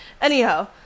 Anyhow